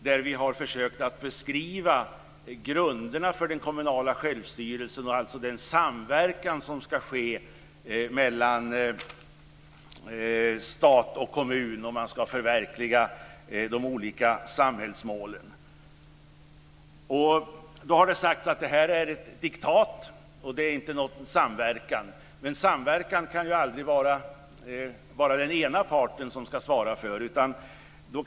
Vi har där försökt att beskriva grunderna för den kommunala självstyrelsen och den samverkan som ska ske mellan stat och kommun om man ska förverkliga de olika samhällsmålen. Det har sagts att det här är ett diktat och inte fråga om någon samverkan, men det kan ju aldrig vara bara den ena parten som ska svara för samverkan.